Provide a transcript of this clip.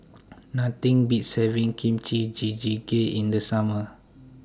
Nothing Beats having Kimchi Jjigae in The Summer